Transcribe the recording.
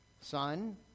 son